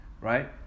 right